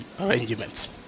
arrangements